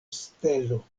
stelo